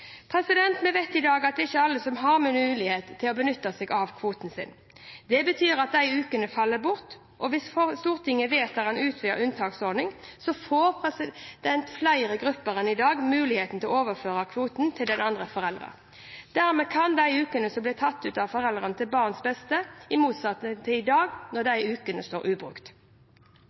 Vi vet i dag at det ikke er alle som har mulighet til å benytte seg av kvoten sin. Dette betyr at de ukene faller bort. Hvis Stortinget vedtar en utvidet unntaksordning, får flere grupper enn i dag mulighet til å overføre kvoten til den andre forelderen. Dermed kan de ukene bli tatt ut av foreldrene til barnets beste, i motsetning til i dag hvor de